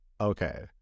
Okay